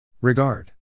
Regard